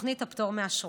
לתכנית הפטור מאשרות.